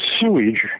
sewage